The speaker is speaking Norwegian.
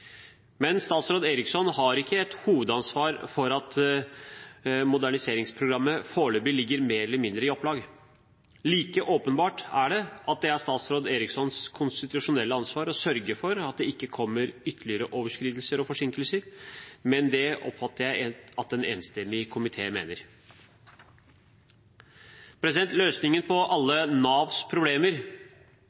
Men statsråd Eriksson har ikke et hovedansvar for at moderniseringsprogrammet foreløpig ligger mer eller mindre i opplag. Like åpenbart er det at det er statsråd Erikssons konstitusjonelle ansvar å sørge for at det ikke kommer ytterligere overskridelser og forsinkelser, men det oppfatter jeg at en enstemmig komité mener. Løsningen på alle Navs problemer